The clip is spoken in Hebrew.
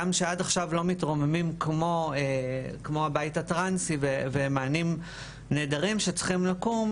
שעד עכשיו לא מתרוממים כמו הבית הטרנסי ומענים נהדרים שצריכים לקום,